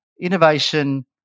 innovation